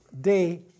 day